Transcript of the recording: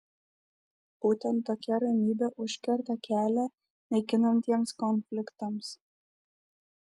būtent tokia ramybė užkerta kelią naikinantiems konfliktams